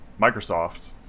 Microsoft